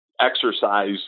exercise